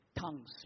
Tongues